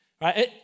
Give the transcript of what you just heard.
right